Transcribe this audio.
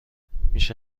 میشه